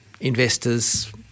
investors